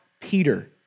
Peter